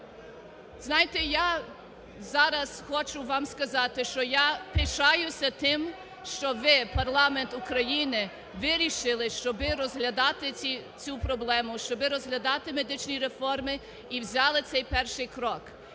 Знаєте, я зараз хочу вам сказати, що я пишаюся тим, що ви – парламент України вирішили, щоб розглядати цю проблему, щоб розглядати медичну реформу і взяли цей перший крок.